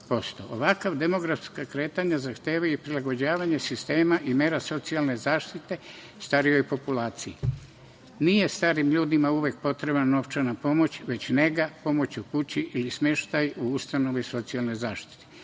Ovakva demografska kretanja zahtevaju prilagođavanje sistema i mera socijalne zaštite starijoj populaciji. Nije starim ljudima uvek potrebna novčana pomoć, već nega, pomoć u kući ili smeštaj u ustanovi socijalne zaštite. Drugo